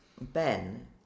Ben